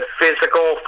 physical